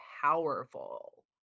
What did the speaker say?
powerful